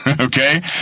Okay